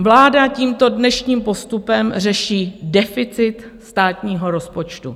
Vláda tímto dnešním postupem řeší deficit státního rozpočtu.